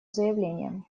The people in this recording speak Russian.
заявлением